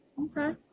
Okay